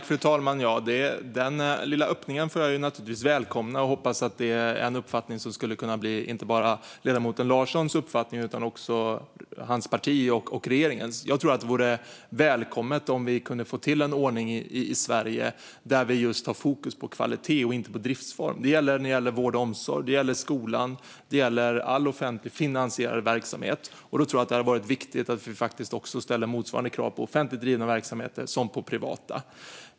Fru talman! Den lilla öppningen får jag naturligtvis välkomna. Jag hoppas att det är en uppfattning som kunde bli inte bara ledamoten Larssons utan också hans partis och regeringens. Det vore välkommet om vi kunde få till en ordning i Sverige där vi har fokus på just kvalitet och inte på driftsform. Det gäller vård och omsorg, skola och all offentligfinansierad verksamhet. Jag tror att det skulle vara viktigt att ställa motsvarande krav på offentligt drivna verksamheter som på privata.